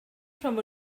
from